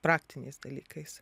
praktiniais dalykais